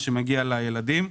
מה שמגיע לילדים.